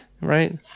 right